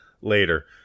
later